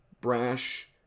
brash